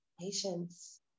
patience